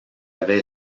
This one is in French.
avait